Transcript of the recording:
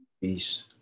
Peace